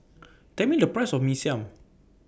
Tell Me The Price of Mee Siam